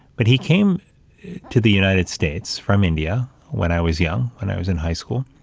but he came to the united states from india when i was young, when i was in high school.